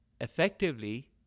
Effectively